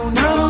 no